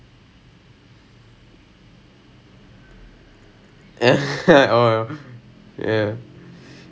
Google இதுக்கே ஒன்னு உருவாக்கி இருக்காங்கே:ithukke onnu uruvaaki irukkaangae Google forms அனுபிச்சுவிடுங்கே:anupichividungae get people start talking then like